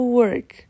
work